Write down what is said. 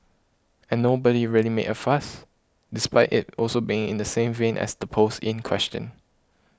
and nobody really made a fuss despite it also being in the same vein as the post in question